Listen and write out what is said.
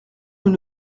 nous